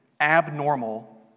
abnormal